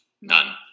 None